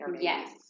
Yes